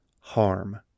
harm